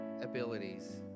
abilities